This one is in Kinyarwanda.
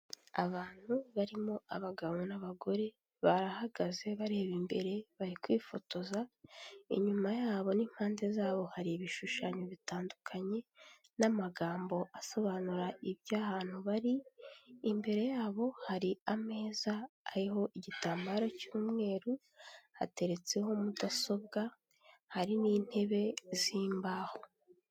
Abantu barimo abagabo n'abagore barahagaze bareba imbere bari kwifotoza, inyuma yabo n'impande zabo hari ibishushanyo bitandukanye n'amagambo asobanura iby'ahantu bari, imbere yabo hari ameza ariho igitambaro cy'umweru, hateretseho mudasobwa hari n'intebe z'imbaho.